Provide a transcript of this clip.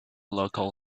local